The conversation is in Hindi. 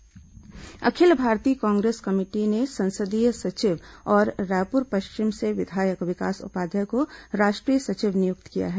विकास उपाध्याय नियुक्ति अखिल भारतीय कांग्रेस कमेटी ने संसदीय सचिव और रायपुर पश्चिम से विधायक विकास उपाध्याय को राष्ट्रीय सचिव नियुक्त किया है